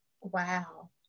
Wow